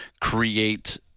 create